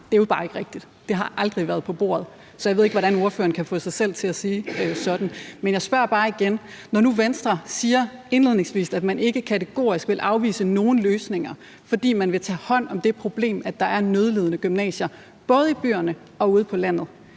at det jo ikke er rigtigt. Det har aldrig været på bordet, så jeg ved ikke, hvordan ordføreren kan få sig selv til at sige sådan. Men jeg vil bare spørge igen: Når nu Venstre indledningsvis siger, at man ikke kategorisk vil afvise nogen løsninger, fordi man tager hånd om det problem, at der er nødlidende gymnasier, både i byerne og ude på landet,